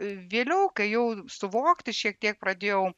vėliau kai jau suvokti šiek tiek pradėjau